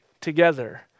together